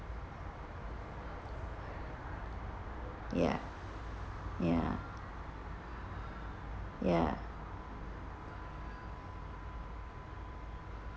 ya ya ya